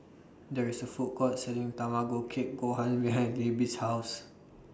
There IS A Food Court Selling Tamago Kake Gohan behind Libby's House